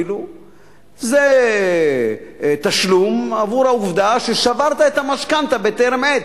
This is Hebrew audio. זה תשלום עבור העובדה ששברת את המשכנתה בטרם עת.